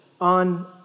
on